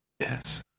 Yes